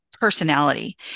personality